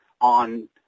on